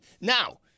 Now